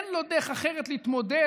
אין לו דרך אחרת להתמודד